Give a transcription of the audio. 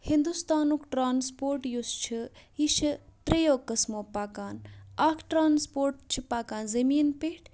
ہِندوستانُک ٹرٛانسپوٹ یُس چھِ یہِ چھِ ترٛیٚیو قٕسمو پَکان اَکھ ٹرٛانسپوٹ چھِ پَکان زٔمیٖن پیٚتھ